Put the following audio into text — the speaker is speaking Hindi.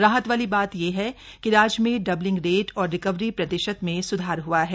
राहत वाली यह है कि राज्य में डबलिंग रेट और रिकवरी प्रतिशत में स्धार हआ है